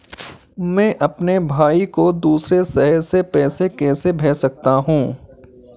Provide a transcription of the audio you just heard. मैं अपने भाई को दूसरे शहर से पैसे कैसे भेज सकता हूँ?